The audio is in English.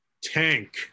tank